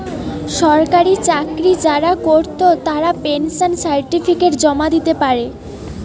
সরকারি চাকরি যারা কোরত তারা পেনশন সার্টিফিকেট জমা দিতে পারে